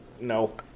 No